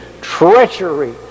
treachery